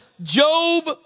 Job